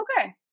okay